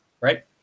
Right